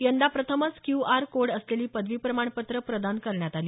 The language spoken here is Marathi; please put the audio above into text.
यंदा प्रथमच क्यू आर कोड असलेली पदवी प्रमाणपत्र प्रदान करण्यात आली